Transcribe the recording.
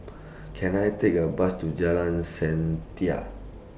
Can I Take A Bus to Jalan Setia